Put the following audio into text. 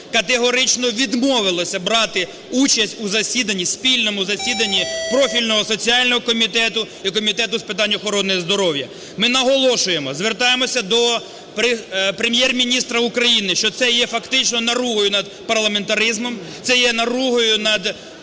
категорично відмовилися брати участь у засіданні, спільному засіданні профільного соціального комітету і Комітету з питань охорони здоров'я. Ми наголошуємо, звертаємося до Прем'єр-міністра України, що це є фактично наругою над парламентаризмом, це є наругою над